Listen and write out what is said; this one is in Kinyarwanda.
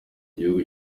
igihugu